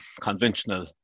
conventional